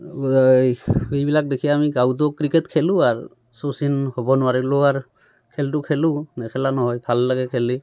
এইবিলাক দেখি আমি গাঁৱতো ক্ৰিকেট খেলোঁ আৰু শচীন হ'ব নোৱাৰিলেও আৰু খেলটো খেলোঁ নেখেলা নহয় ভাল লাগে খেলি